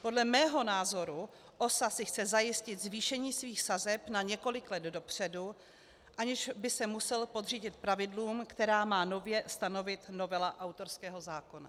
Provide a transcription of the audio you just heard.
Podle mého názoru si OSA chce zajistit zvýšení svých sazeb na několik let dopředu, aniž by se musela podřídit pravidlům, která má nově stanovit novela autorského zákona.